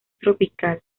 tropical